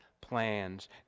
plans